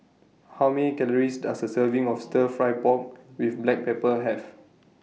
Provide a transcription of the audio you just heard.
How Many Calories Does A Serving of Stir Fry Pork with Black Pepper Have